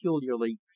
peculiarly